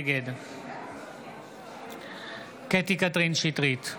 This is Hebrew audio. נגד קטי קטרין שטרית,